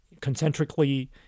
concentrically